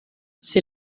c’est